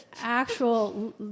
actual